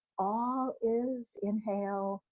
all is inhale,